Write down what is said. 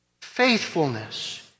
faithfulness